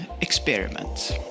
experiments